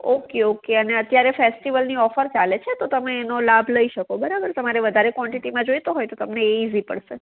okay okay અને અત્યારે ફેસ્ટિવલની ઓફર ચાલે છે તો તમે એનો લાભ લઈ શકો બરાબર તમને વધારે ક્વોન્ટિટીમાં જોઈતો હોય તો તમને એ ઈઝી પડશે